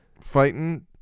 fighting